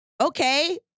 okay